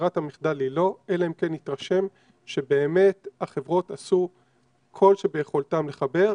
ברירת המחדל היא לא אלא אם כן נתרשם שבאמת החברות עשו כל שביכולתן לחבר.